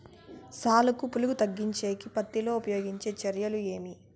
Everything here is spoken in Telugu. సాలుకి పులుగు తగ్గించేకి పత్తి లో ఉపయోగించే చర్యలు ఏమి?